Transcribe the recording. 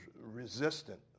resistant